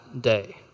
day